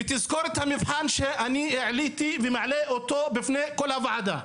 ותזכור את המבחן שאני העליתי ומעלה אותו בפני כל הוועדה.